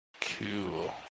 Cool